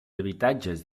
habitatges